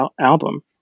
album